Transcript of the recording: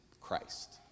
Christ